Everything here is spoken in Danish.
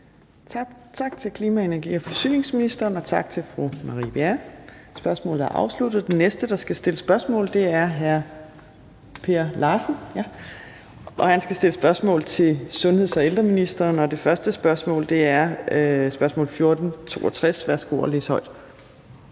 Tak til klima-, energi- og forsyningsministeren. Og tak til fru Marie Bjerre. Spørgsmålet er afsluttet. Den næste, der skal stille spørgsmål, er hr. Per Larsen. Han skal stille spørgsmål til sundheds- og ældreministeren, og det første spørgsmål er S 1462. Kl. 15:37 Spm.